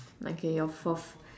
okay your fourth